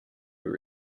were